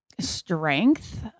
strength